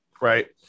right